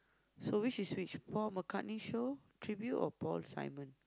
so which is which Paul-McCartney show tribute or Paul-Simon